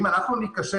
אם אנחנו ניכשל,